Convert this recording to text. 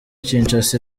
kinshasa